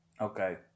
okay